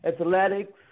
athletics